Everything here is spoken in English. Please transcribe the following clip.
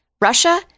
Russia